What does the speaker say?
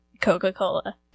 coca-cola